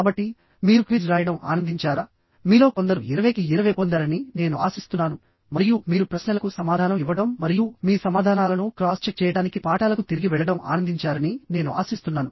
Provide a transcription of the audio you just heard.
కాబట్టి మీరు క్విజ్ రాయడం ఆనందించారా మీలో కొందరు 20 కి 20 పొందారని నేను ఆశిస్తున్నాను మరియు మీరు ప్రశ్నలకు సమాధానం ఇవ్వడం మరియు మీ సమాధానాలను క్రాస్ చెక్ చేయడానికి పాఠాలకు తిరిగి వెళ్లడం ఆనందించారని నేను ఆశిస్తున్నాను